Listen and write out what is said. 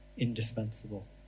indispensable